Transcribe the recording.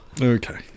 Okay